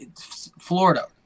Florida